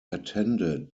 attended